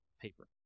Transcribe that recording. paper